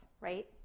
right